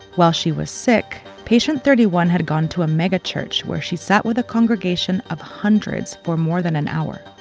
while she was sick, patient thirty one, had gone to a megachurch where she sat with a congregation of hundreds for more than an hour.